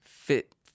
fit